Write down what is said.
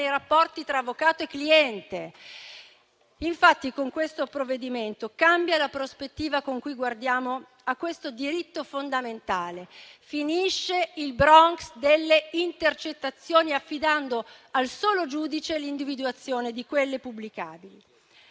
nei rapporti tra avvocato e cliente. Infatti, con questo provvedimento cambia la prospettiva con cui guardiamo a questo diritto fondamentale e finisce il Bronx delle intercettazioni affidando al solo giudice l'individuazione di quelle pubblicabili.